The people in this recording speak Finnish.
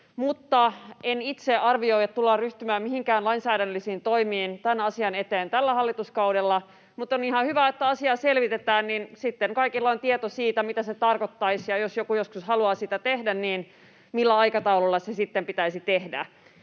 En itse arvioi, että tullaan ryhtymään mihinkään lainsäädännöllisiin toimiin tämän asian eteen tällä hallituskaudella, mutta on ihan hyvä, että asiaa selvitetään, niin että sitten kaikilla on tieto siitä, mitä se tarkoittaisi, ja jos joku joskus haluaa sitä tehdä, niin millä aikataululla se sitten pitäisi tehdä.